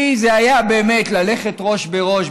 כי זה היה ללכת ראש בראש,